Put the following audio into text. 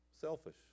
Selfish